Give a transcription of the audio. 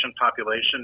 population